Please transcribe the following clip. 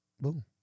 boom